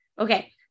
Okay